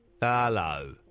Hello